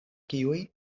kiuj